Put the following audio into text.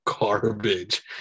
garbage